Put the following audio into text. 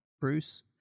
Bruce